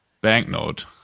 banknote